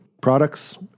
products